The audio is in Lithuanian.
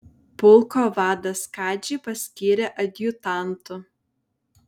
pulko vadas kadžį paskyrė adjutantu